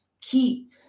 keep